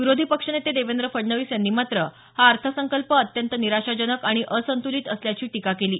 विरोधी पक्षनेते देवेंद्र फडणवीस यांनी मात्र हा अर्थसंकल्प अत्यंत निराशाजनक आणि असंतुलित असल्याची टीका केली आहे